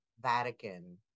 Vatican